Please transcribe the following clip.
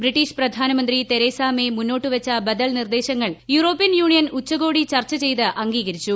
British പ്രധാനമന്ത്രി Theresa May മുന്നോട്ടുവച്ചു ബദൽ നിർദ്ദേശങ്ങൾ യൂറോപ്യൻ യൂണിയൻ ഉച്ചകോടി ചർച്ച ചെയ്ത് അംഗീകരിച്ചു